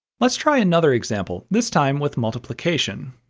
let's try another example, this time with multiplication.